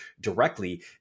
directly